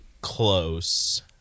close